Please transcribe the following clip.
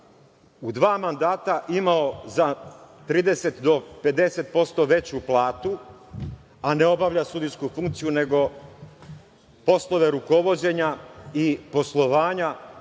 u dva mandata imao za 30 do 50% veću platu, a ne obavlja sudijsku funkciju, nego poslove rukovođenja i poslovanja